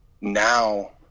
now